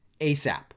ASAP